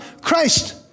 Christ